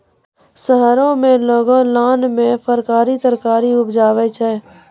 शहरो में लोगों लान मे फरकारी तरकारी उपजाबै छै